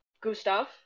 Gustav